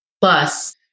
Plus